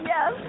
Yes